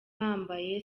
bambaye